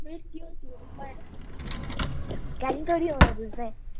कैह्ली कड़ी औना तुसें